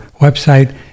website